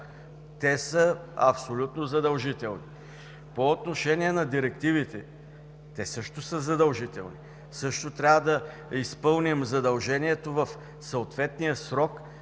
Те са абсолютно задължителни. По отношение на директивите – те също са задължителни, също трябва да изпълним задължението в съответния срок,